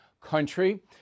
country